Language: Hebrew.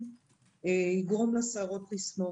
יגרום לשערות לסמור,